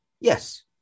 yes